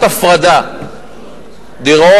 קטנות.